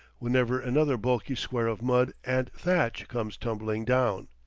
whenever another bulky square of mud and thatch comes tumbling down.